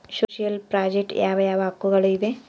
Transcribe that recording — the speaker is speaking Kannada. ಸೋಶಿಯಲ್ ಪ್ರಾಜೆಕ್ಟ್ ಯಾವ ಯಾವ ಹಕ್ಕುಗಳು ಇವೆ?